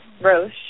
Roche